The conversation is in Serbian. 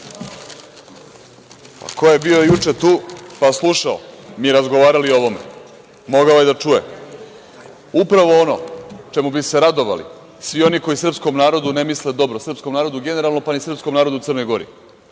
Ko je bio juče tu, pa slušao, mi smo razgovarali o ovome, mogao je da čuje upravo ono čemu bi se radovali svi oni koji srpskom narodu ne misle dobro, srpskom narodu generalno, pa ni srpskom narodu u Crnoj Gori,